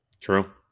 True